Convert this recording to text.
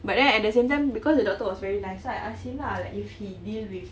but then at the same time because the doctor was very nice so I ask him lah like if he deal with